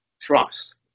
trust